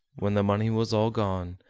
when the money was all gone,